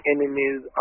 Enemies